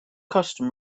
custom